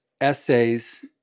essays